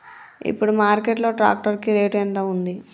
ఇప్పుడు మార్కెట్ లో ట్రాక్టర్ కి రేటు ఎంత ఉంది?